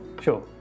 sure